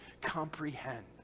comprehend